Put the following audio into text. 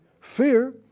Fear